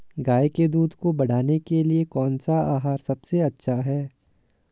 गाय के दूध को बढ़ाने के लिए कौनसा आहार सबसे अच्छा है?